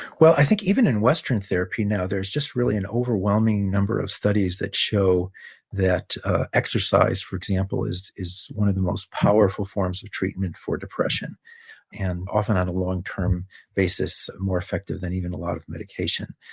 well, i think even in western therapy now, there's just really an overwhelming number of studies that show that exercise, for example, is is one of the most powerful forms of treatment for depression and often on a longterm basis, more effective than even a lot of medication.